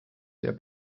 der